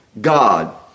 God